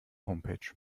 homepage